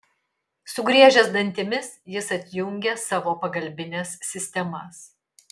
sugriežęs dantimis jis atjungė savo pagalbines sistemas